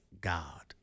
God